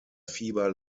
fieber